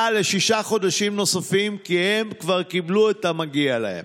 לשישה חודשים נוספים כי הם כבר קיבלו את המגיע להם.